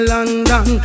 London